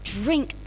drink